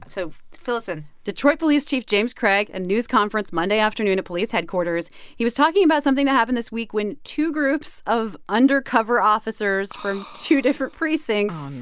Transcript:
so fill us in detroit police chief james craig at a news conference monday afternoon at police headquarters he was talking about something that happened this week when two groups of undercover officers from two different precincts.